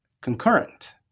concurrent